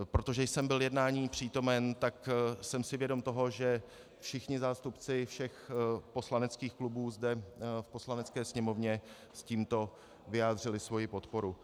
Protože jsem byl jednání přítomen, tak jsem si vědom toho, že všichni zástupci všech poslaneckých klubů zde v Poslanecké sněmovně s tímto vyjádřili svoji podporu.